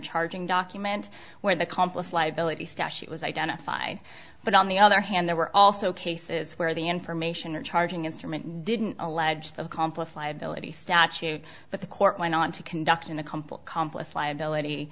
charging document where the complex liability statute was identified but on the other hand there were also cases where the information or charging instrument didn't alleged accomplice liability statute but the court went on to conduct in a comple